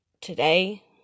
today